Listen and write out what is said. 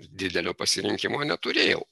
didelio pasirinkimo neturėjau